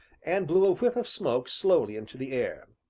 and blew a whiff of smoke slowly into the air.